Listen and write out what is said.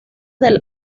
del